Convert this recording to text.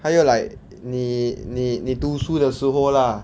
还有 like 你你你读书的时候 lah